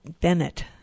Bennett